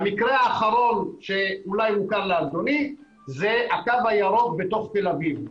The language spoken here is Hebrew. המקרה האחרון שאולי מוכר לאדוני זה הקו הירוק בתוך תל אביב.